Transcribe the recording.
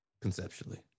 Conceptually